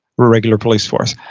regular police force.